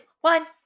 one